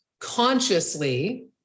consciously